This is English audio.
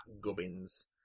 gubbins